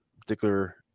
particular